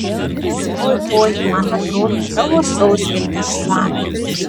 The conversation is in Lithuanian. oi oi oi man atrodo tavo sauskelnės šlapios